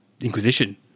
Inquisition